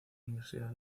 universidad